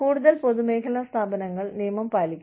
കൂടാതെ പൊതുമേഖലാ സ്ഥാപനങ്ങൾ നിയമം പാലിക്കണം